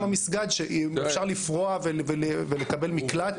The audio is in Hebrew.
אפשר לפרוע ולקבל מקלט?